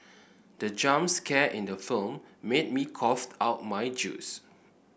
the jump scare in the film made me cough out my juice